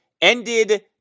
ended